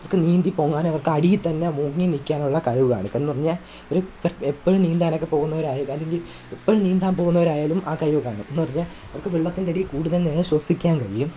അവര്ക്ക് നീന്തി പൊങ്ങാൻ അവർക്ക് അടിയിൽ തന്നെ മുങ്ങിനിൽക്കാനുള്ള കഴിവ് കാണും എന്ന് പറഞ്ഞാൽ ഒരു എപ്പോഴും നീന്താനൊക്കെ പോവുന്നവരായാലും അല്ലെങ്കിൽ എപ്പോഴും നീന്താൻ പോവുന്നവരായാലും ആ കഴിവ് കാണും എന്ന് പറഞ്ഞാൽ അവര്ക്ക് വെള്ളത്തിൻ്റെ അടിയിൽ കൂട്തല് നേരം ശ്വസിക്കാന് കഴിയും